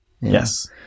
yes